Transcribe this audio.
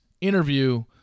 interview